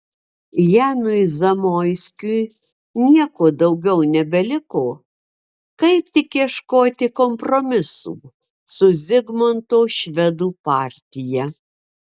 janui zamoiskiui nieko daugiau nebeliko kaip tik ieškoti kompromisų su zigmanto švedų partija